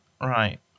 Right